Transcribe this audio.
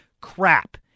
crap